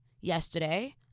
yesterday